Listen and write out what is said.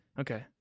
okay